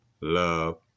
love